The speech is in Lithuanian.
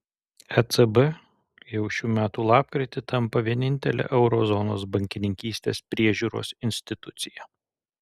ecb jau šių metų lapkritį tampa vienintele euro zonos bankininkystės priežiūros institucija